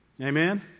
Amen